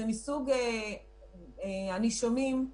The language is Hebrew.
שאני אומרת